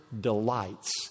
delights